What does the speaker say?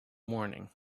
morning